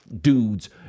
dudes